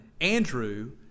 Andrew